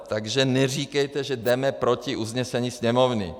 Takže neříkejte, že jdeme proti usnesení Sněmovny!